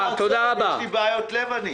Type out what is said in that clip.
יש לי בעיות לב.